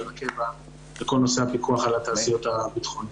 הקבע בכל נושא הפיקוח על התעשיות הביטחוניות.